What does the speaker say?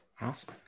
Awesome